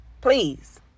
Please